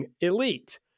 Elite